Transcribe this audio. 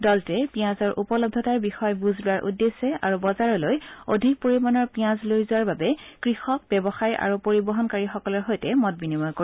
দলটোৱে পিঁয়াজৰ উপলব্ধতাৰ বিষয়ে বুজ লোৱাৰ উদ্দেশ্যে আৰু বজাৰলৈ অধিক পৰিমাণৰ পিঁয়াজ লৈ যোৱাৰ বাবে কৃষক ব্যৱসায়ী আৰু পৰিবহণকাৰীসকলৰ সৈতে মত বিনিময় কৰিব